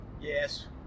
Yes